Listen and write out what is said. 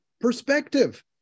perspective